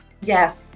Yes